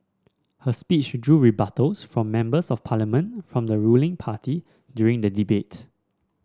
her speech drew rebuttals from Members of Parliament from the ruling party during the debate